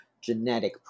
genetic